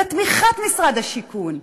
בתמיכת משרד השיכון.